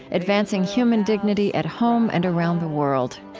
advancing human dignity at home and around the world.